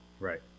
Right